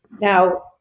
Now